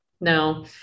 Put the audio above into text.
No